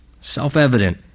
self-evident